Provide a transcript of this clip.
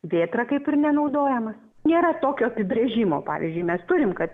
vėtra kaip ir nenaudojama nėra tokio apibrėžimo pavyzdžiui mes turime kad